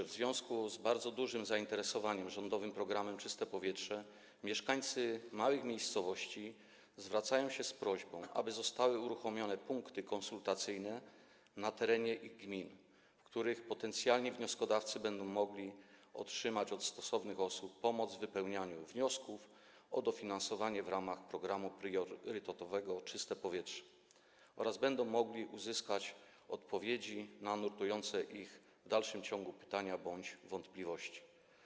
W związku z bardzo dużym zainteresowaniem rządowym programem „Czyste powietrze” mieszkańcy małych miejscowości zwracają się z prośbą, aby zostały uruchomione punkty konsultacyjne na terenie ich gmin, w których potencjalni wnioskodawcy będą mogli otrzymać od właściwych osób pomoc związaną z wypełnianiem wniosków o dofinansowanie w ramach programu priorytetowego „Czyste powietrze” oraz uzyskać odpowiedzi na nurtujące ich pytania bądź wątpliwości.